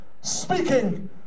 speaking